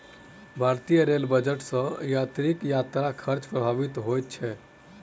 भारतीय rail budget सॅ यात्रीक यात्रा खर्च प्रभावित होइत छै